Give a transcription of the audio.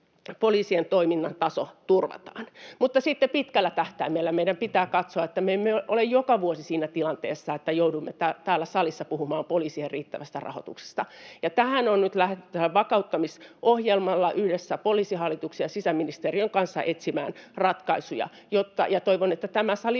poliisien toiminnan taso turvataan. Mutta sitten pitkällä tähtäimellä meidän pitää katsoa, että me emme ole joka vuosi siinä tilanteessa, että joudumme täällä salissa puhumaan poliisille riittävästä rahoituksesta, ja tähän on nyt lähdettävä vakauttamisohjelmalla yhdessä Poliisihallituksen ja sisäministeriön kanssa etsimään ratkaisuja, ja toivon, että myös tämä sali